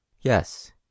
Yes